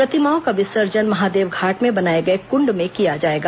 प्रतिमाओं का विसर्जन महादेवघाट में बनाए गए कुण्ड में किया जाएगा